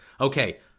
okay